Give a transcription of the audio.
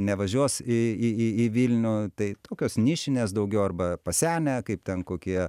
nevažiuos į į į į vilnių tai tokios nišinės daugiau arba pasenę kaip ten kokie